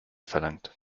verlangt